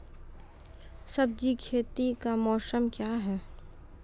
सब्जी खेती का मौसम क्या हैं?